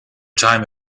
time